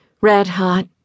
red-hot